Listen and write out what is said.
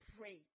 pray